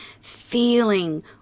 feeling